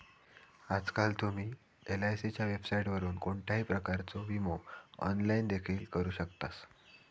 आजकाल तुम्ही एलआयसीच्या वेबसाइटवरून कोणत्याही प्रकारचो विमो ऑनलाइन देखील करू शकतास